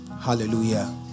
Hallelujah